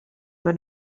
maen